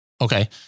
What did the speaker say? Okay